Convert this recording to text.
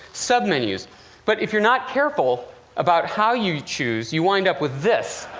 sub-menus. but if you're not careful about how you choose, you wind up with this.